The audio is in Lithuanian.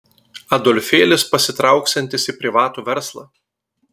adolfėlis pasitrauksiantis į privatų verslą